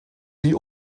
die